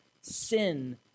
sin